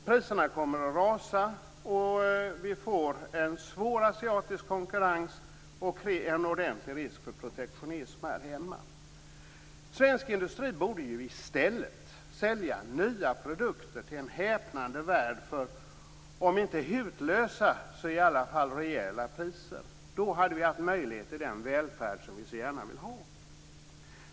Priserna kommer att rasa, och vi får en svår asiatisk konkurrens och en ordentlig risk för protektionism här hemma. Svensk industri borde i stället sälja nya produkter till en häpnande värld för om inte hutlösa så i alla fall rejäla priser. Då hade vi haft möjlighet till den välfärd som vi så gärna vill ha.